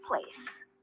place